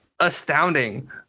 astounding